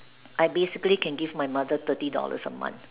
I basically can give my mother thirty dollars a month